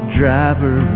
driver